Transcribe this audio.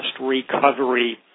recovery